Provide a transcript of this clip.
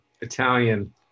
Italian